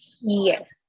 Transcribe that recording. Yes